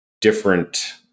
different